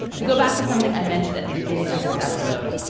to go back to something i mentioned at the beginning of this episode.